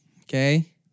okay